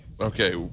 Okay